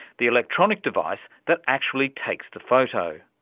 the electronic device that actually takes the photo.